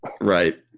Right